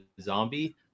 zombie